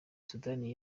sudani